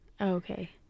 okay